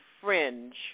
fringe